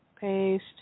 paste